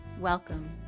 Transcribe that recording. Welcome